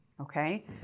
okay